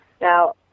Now